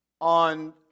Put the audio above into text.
on